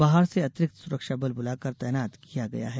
बाहर से अतिरिक्त सुरक्षा बल बुलाकर तैनात किया गया है